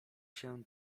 się